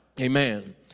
Amen